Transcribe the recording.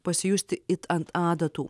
pasijusti it ant adatų